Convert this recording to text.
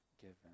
given